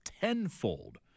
tenfold